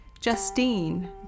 Justine